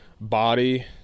body